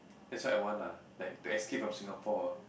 that's what I want lah like to escape from Singapore ah